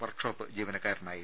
workshop ജീവനക്കാരനായിരുന്നു